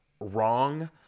wrong